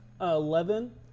eleven